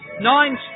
Nine